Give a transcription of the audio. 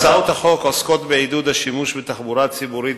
הצעות החוק עוסקות בעידוד השימוש בתחבורה ציבורית